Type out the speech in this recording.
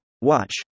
Watch